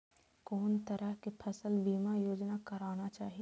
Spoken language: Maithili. कोन तरह के फसल बीमा योजना कराना चाही?